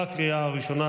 בקריאה הראשונה.